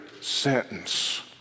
sentence